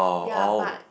ya but